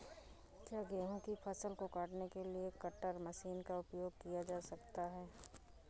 क्या गेहूँ की फसल को काटने के लिए कटर मशीन का उपयोग किया जा सकता है?